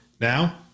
Now